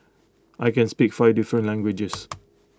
I can speak five different languages